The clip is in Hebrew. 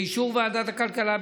באישור ועדת הכלכלה,